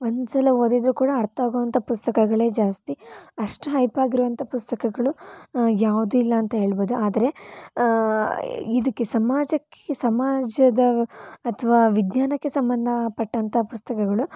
ಒಂದ್ಸಲ ಓದಿದ್ರೂ ಕೂಡ ಅರ್ಥ ಆಗುವಂಥ ಪುಸ್ತಕಗಳೇ ಜಾಸ್ತಿ ಅಷ್ಟು ಹೈಪ್ ಆಗಿರುವಂಥ ಪುಸ್ತಕಗಳು ಯಾವುದೂ ಇಲ್ಲ ಅಂತ ಹೇಳ್ಬೋದು ಆದರೆ ಇದಕ್ಕೆ ಸಮಾಜಕ್ಕೆ ಸಮಾಜದ ಅಥವಾ ವಿಜ್ಞಾನಕ್ಕೆ ಸಂಬಂಧಪಟ್ಟಂಥ ಪುಸ್ತಕಗಳು